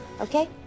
okay